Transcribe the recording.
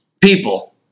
people